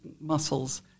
muscles